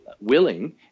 willing